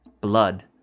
Blood